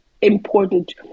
important